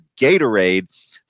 Gatorade